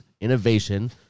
innovation